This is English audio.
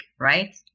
right